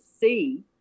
see